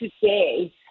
today